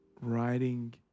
writing